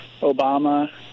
Obama